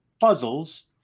puzzles